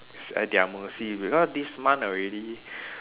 at their mercy because this month already